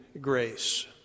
grace